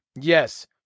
Yes